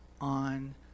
on